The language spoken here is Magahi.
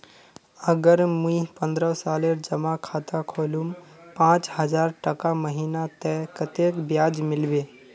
अगर मुई पन्द्रोह सालेर जमा खाता खोलूम पाँच हजारटका महीना ते कतेक ब्याज मिलबे?